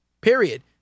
period